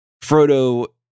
Frodo